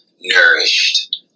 nourished